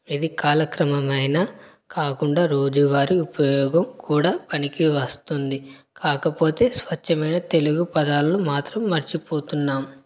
ఇది కాలక్రమమయినా కాకుండా రోజూ వారి ఉపయోగం కూడా పనికి వస్తుంది కాకపోతే స్వచ్ఛమైన తెలుగు పదాలను మాత్రం మర్చిపోతున్నాం